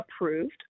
approved